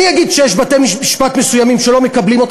אני אגיד שיש בתי-משפט מסוימים שלא מקבלים אותם?